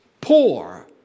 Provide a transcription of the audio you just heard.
poor